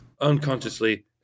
unconsciously